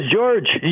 George